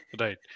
right